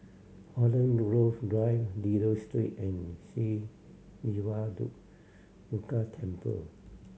Holland Grove Drive Dido Street and Sri Siva Durga Temple